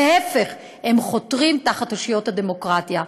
להפך, הם חותרים תחת אושיות הדמוקרטיה.